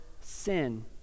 sin